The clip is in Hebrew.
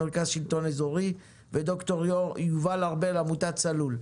מרכז שלטון אזורי וד"ר יובל ארבל עמותת צלול.